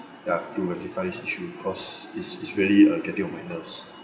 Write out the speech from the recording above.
ya to rectify this issue cause it's it's really uh getting on my nerves